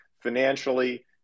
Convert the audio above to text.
financially